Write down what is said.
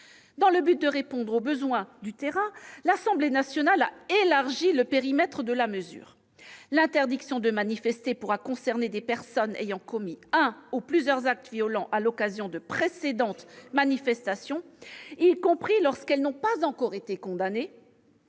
Afin de répondre aux besoins du terrain, l'Assemblée nationale a élargi le périmètre de la mesure : l'interdiction de manifester pourra concerner non seulement des personnes ayant commis un ou plusieurs actes violents à l'occasion de précédentes manifestations, y compris lorsqu'elles n'ont pas encore été condamnées,